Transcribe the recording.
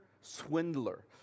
Swindler